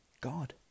God